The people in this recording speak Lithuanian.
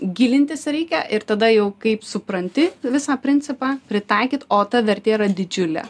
gilintis reikia ir tada jau kaip supranti visą principą pritaikyt o ta vertė yra didžiulė